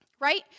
right